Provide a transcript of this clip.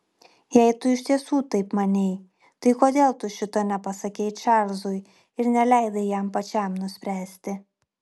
jei tu iš tiesų taip manei tai kodėl tu šito nepasakei čarlzui ir neleidai jam pačiam nuspręsti